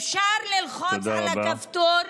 אפשר ללחוץ על הכפתור.